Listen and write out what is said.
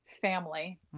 family